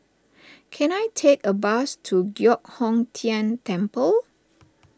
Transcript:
can I take a bus to Giok Hong Tian Temple